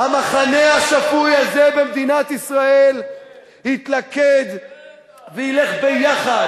המחנה השפוי הזה במדינת ישראל יתלכד וילך ביחד,